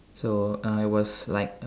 so uh it was like